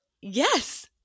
yes